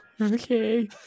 Okay